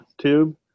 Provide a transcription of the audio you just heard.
tube